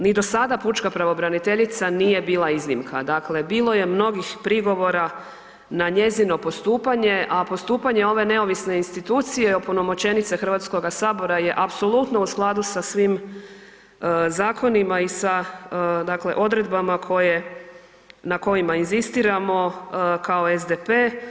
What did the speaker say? Ni do sada pučka pravobraniteljica nije bila iznimka, dakle bilo je mnogih prigovora na njezino postupanje, a postupanje ove neovisne institucije opunomoćenice HS-a je apsolutno u skladu sa svim zakonima i sa odredbama na kojima inzistiramo kao SDP.